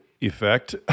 effect